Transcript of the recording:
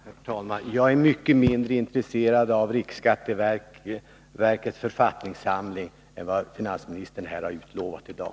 Herr talman! Jag är mycket mindre intresserad av riksskatteverkets författningssamling än av vad finansministern här har utlovat i dag.